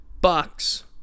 Bucks